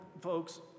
folks